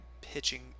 pitching